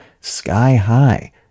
sky-high